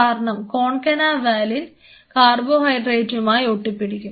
കാരണം കോൺകന വാലിൻ കാർബോഹൈഡ്രേറ്റുമായി ഒട്ടിപ്പിടിക്കും